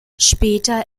später